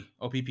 OPP